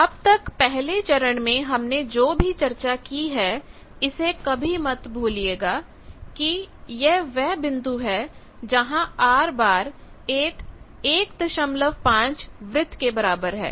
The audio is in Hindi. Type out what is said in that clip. अब तक पहले चरण में हमने जो भी चर्चा की है इसे कभी मत भूलिएगा कि यहवह बिंदु है जहां R एक 15 वृत्त के बराबर है